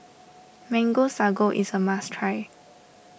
Mango Sago is a must try